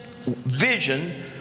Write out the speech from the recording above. vision